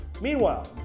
Meanwhile